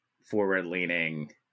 forward-leaning